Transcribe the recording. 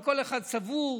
כל אחד סבור,